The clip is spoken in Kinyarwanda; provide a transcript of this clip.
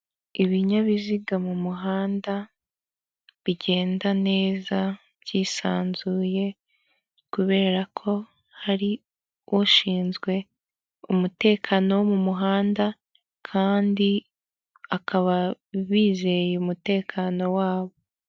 Ibinyabiziga mu muhanda bigenda neza byisanzuye, kubera ko hari ushinzwe umutekano wo mu muhanda kandi akaba bizeye umutekano wabo.